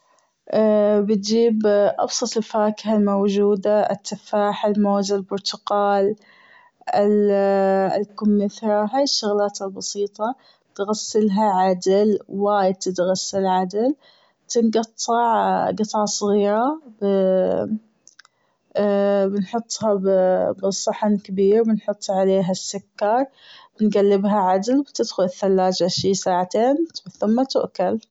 بتجيب أبسط الفواكه الموجودة التفاح الموز البرتقال الكمثري هي الشغلات البسيطة تغسلها عدل وايد تتغسل عدل وتتقطع قطع صغيرة بنحطها بصحن كبير بنحط عليها السكر بنقلبها عدل بتدخل الثلاجة شي ساعتين ثم تؤكل.